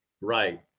right